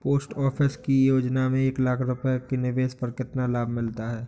Post office की योजना में एक लाख रूपए के निवेश पर कितना लाभ मिलता है?